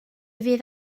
fydd